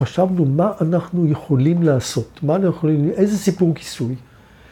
‫חשבנו מה אנחנו יכולים לעשות, מה אנחנו יכולים... ‫איזה סיפור כיסוי?